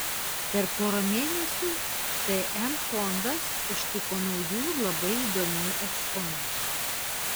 per porą mėnesių tm fondas užtiko naujų ir labai įdomių eksponatų